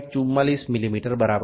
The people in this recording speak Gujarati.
44 મીમી બરાબર છે